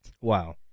Wow